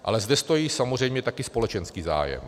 Ale zde stojí samozřejmě také společenský zájem.